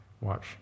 Watch